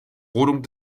rodung